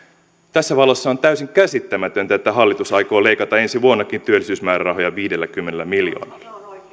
tässä valossa on täysin käsittämätöntä että hallitus aikoo leikata ensi vuonnakin työllisyysmäärärahoja viidelläkymmenellä miljoonalla